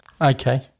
Okay